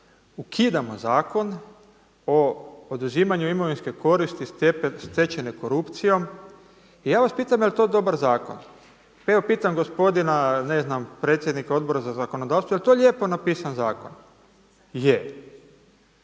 ukidamo Zakon o oduzimanju imovinske koristi stečene korupcijom i ja vas pitam jel' to dobar zakon? Pa evo pitam gospodina ne znam predsjednika Odbora za zakonodavstvo, jel' to lijepo napisan zakon? Je.